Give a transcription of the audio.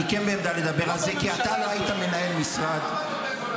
זאת הממשלה הזאת.